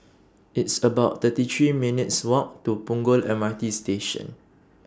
It's about thirty three minutes' Walk to Punggol M R T Station